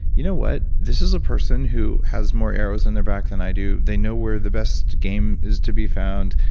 you know what? this is a person who has more arrows in their back than i do. they know where the best game is to be found.